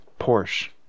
Porsche